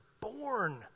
born